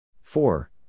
Four